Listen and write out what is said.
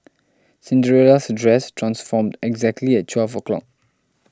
Cinderella's dress transformed exactly at twelve o' clock